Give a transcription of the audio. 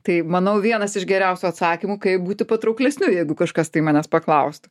tai manau vienas iš geriausių atsakymų kaip būti patrauklesniu jeigu kažkas tai manęs paklaustų